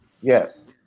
Yes